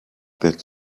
that